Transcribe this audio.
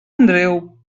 andreu